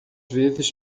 vezes